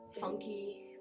funky